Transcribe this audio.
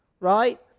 Right